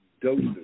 doses